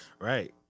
right